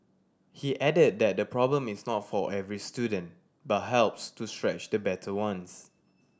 he added that the problem is not for every student but helps to stretch the better ones